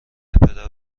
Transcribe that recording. پدر